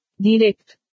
Direct